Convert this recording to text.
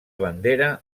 bandera